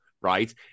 right